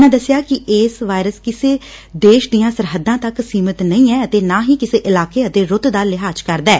ਉਨ੍ਹਾਂ ਦੱਸਿਆ ਕਿ ਇਹ ਵਾਇਰਸ ਕਿਸੇ ਦੇਸ਼ ਦੀਆਂ ਸਰਹੱਦਾਂ ਤੱਕ ਸੀਮਿਤ ਨਹੀ ਏ ਅਤੇ ਨਾਂ ਹੀ ਕਿਸੇ ਇਲਾਕੇ ਅਤੇ ਰੁੱਤ ਦਾ ਲਿਹਾਜ ਕਰਦੈ